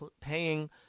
paying